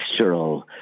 textural